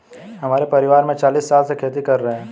हमारे परिवार में चालीस साल से खेती कर रहे हैं